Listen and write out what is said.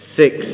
six